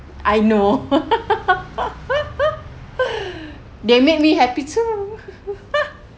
I know that make me happy too